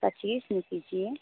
पचीस में कीजिए